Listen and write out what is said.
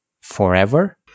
forever